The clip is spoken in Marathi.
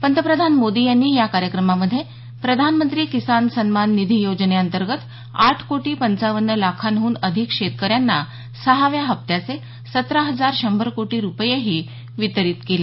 पंतप्रधान मोदी यांनी या कार्यक्रमामधे प्रधानमंत्री किसान सन्मान निधी योजने अंतर्गत आठ कोटी पंच्चावन्न लाखांहून अधिक शेतकऱ्यांना सहाव्या हप्त्याचे सतरा हजार शंभर कोटी रुपयेही वितरित केले